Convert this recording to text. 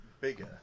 Bigger